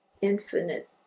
infinite